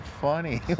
funny